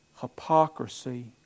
hypocrisy